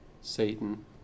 Satan